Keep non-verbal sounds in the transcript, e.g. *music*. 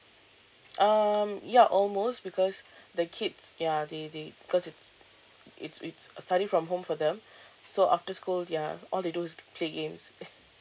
um ya almost because the kids ya they they because it's it's it's uh study from home for them so after school yeah all they do is play games *laughs*